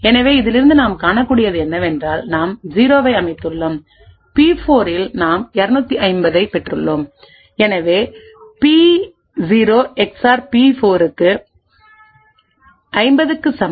எனவே இதிலிருந்து நாம் காணக்கூடியது என்னவென்றால் நாம் 0 ஐ அமைத்துள்ளோம் பி4 இல் நாம் 250 ஐப் பெற்றுள்ளோம் எனவே பி0 எக்ஸ்ஓஆர் பி4 50 க்கு சமம்